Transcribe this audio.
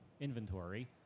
inventory